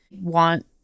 want